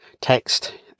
text